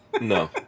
No